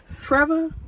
trevor